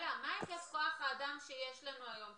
מה היקף כוח האדם שיש לנו היום?